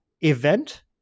event